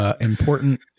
Important